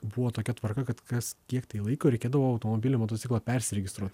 buvo tokia tvarka kad kas kiek tai laiko reikėdavo automobilį motociklą persiregistruot